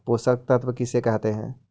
पोषक तत्त्व किसे कहते हैं?